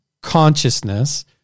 consciousness